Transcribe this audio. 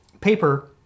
paper